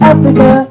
Africa